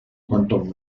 cuantos